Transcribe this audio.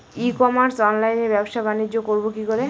ই commerce অনলাইনে ব্যবসা বানিজ্য করব কি করে?